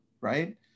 right